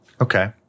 Okay